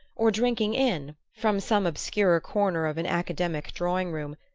or drinking in, from some obscure corner of an academic drawing-room,